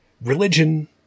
religion